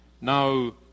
Now